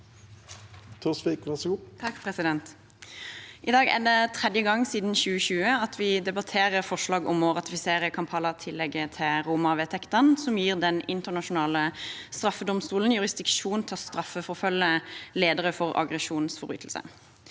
I dag er det tredje gang siden 2020 at vi debatterer forslag om å ratifisere Kampala-tillegget til Roma-vedtektene, som gir Den internasjonale straffedomstolen jurisdiksjon til å straffeforfølge ledere for aggresjonsforbrytelser.